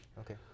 Okay